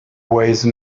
wise